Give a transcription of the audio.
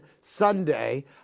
sunday